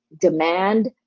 demand